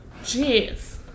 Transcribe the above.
Jeez